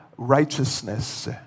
Righteousness